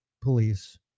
police